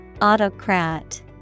Autocrat